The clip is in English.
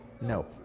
No